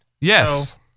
Yes